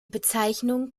bezeichnung